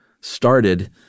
started